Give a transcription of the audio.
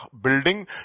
building